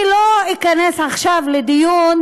אני לא אכנס עכשיו לדיון,